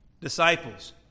disciples